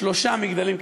שלושה מגדלים.